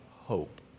hope